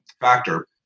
factor